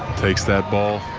takes that ball,